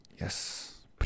Yes